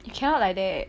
you cannot like that